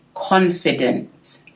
Confident